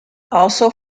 also